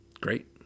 Great